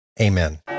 Amen